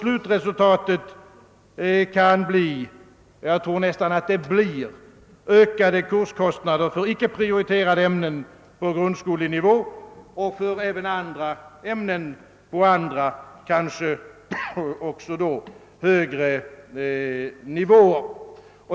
Slutresultatet kan bli — och blir sannolikt — ökade kurskostnader för icke prioriterade ämnen på grundskolenivå och kanske även för andra ämnen och på högre nivåer.